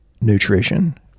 nutrition